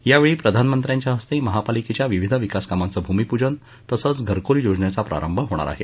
यावेळी प्रधानमंत्र्यांच्या हस्ते महापालिकेच्या विविध विकास कामांचं भूमिपूजन तसंच घरकुल योजनेचा प्रारंभ होणार आहे